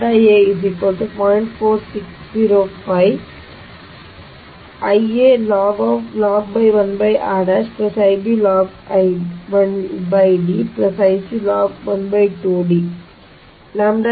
ಆದ್ದರಿಂದ ಅಂದರೆ ನೀವು ನೇರವಾಗಿ 2 ಮೀಟರ್ ಎಂದು ಬರೆಯುವ ಬದಲು ಮೊದಲ